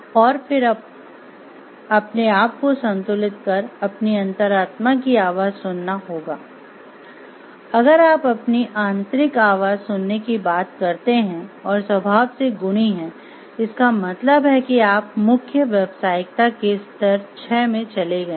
और फिर अपने आपको संतुलित कर अपनी अंतरात्मा की आवाज़ सुनना होगा अगर आप अपनी आंतरिक आवाज सुनने की बात करते हैं और स्वभाव से गुणी हैं इसका मतलब है कि आप मुख्य व्यावसायिकता के स्तर छः में चले गए हैं